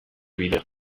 bidera